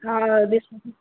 हाँ बीस